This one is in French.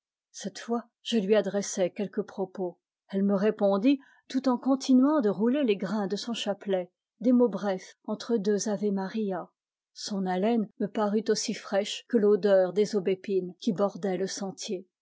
cette fois je lui adressai quelques propos elle me répondit tout en continuant de rouler les grains de son chapelet des mots brefs entre deux ave maria son haleine me parut aussi fraîche que l'odeur des aubépines qui bordaient le sentier